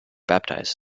baptized